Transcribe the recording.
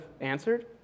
answered